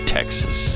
Texas